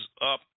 up